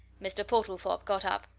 mr. portlethorpe got up,